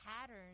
pattern